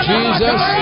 Jesus